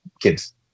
kids